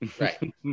right